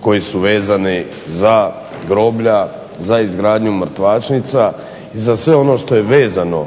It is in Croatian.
koji su vezani za groblja, za izgradnju mrtvačnica i za sve ono što je vezano